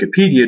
Wikipedia